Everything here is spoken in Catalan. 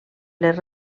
les